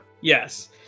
yes